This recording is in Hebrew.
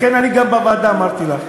לכן גם בוועדה אמרתי לך: